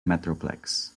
metroplex